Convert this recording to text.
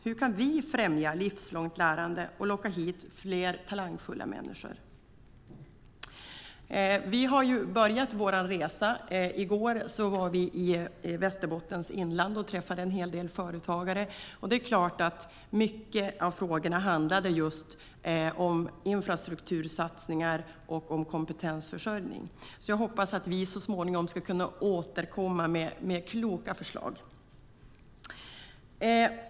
Hur kan vi främja livslångt lärande och locka hit fler talangfulla människor? Vi har börjat vår resa. I går var vi i Västerbottens inland och träffade en hel del företagare. Mycket av frågorna handlade om just infrastruktursatsningar och kompetensförsörjning. Jag hoppas att vi så småningom ska kunna återkomma med kloka förslag.